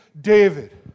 David